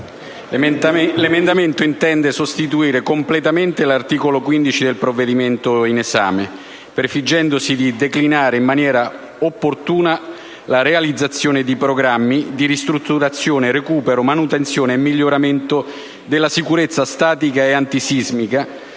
l’emendamento 15.200 intende sostituire completamente l’articolo 15 del provvedimento in esame, prefiggendosi di declinare in maniera opportuna la realizzazione di programmi di ristrutturazione, recupero, manutenzione e miglioramento della sicurezza statica e antisismica,